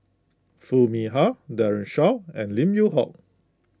Foo Mee Har Daren Shiau and Lim Yew Hock